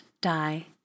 die